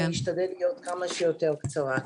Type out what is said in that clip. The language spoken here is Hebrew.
אני אשתדל להיות כמה שיותר קצרה.